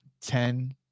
Ten